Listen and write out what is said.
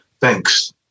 Thanks